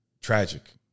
tragic